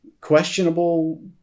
questionable